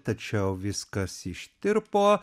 tačiau viskas ištirpo